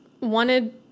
wanted